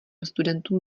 studentům